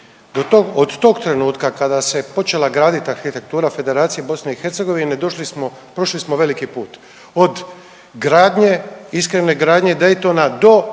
od tog trenutka kada se počela gradit arhitektura Federacije BiH došli smo prošli smo veliki put od gradnje, iskrene gradnje Daytona do